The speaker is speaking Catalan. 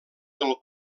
del